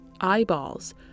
eyeballs